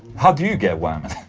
how do you get wahmen?